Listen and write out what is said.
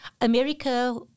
America